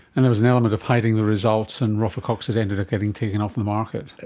and there was an element of hiding the results, and rofecoxib ended up getting taken off the market.